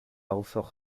also